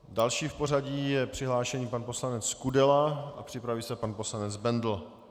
Další v pořadí je přihlášený pan poslanec Kudela a připraví se pan poslanec Bendl.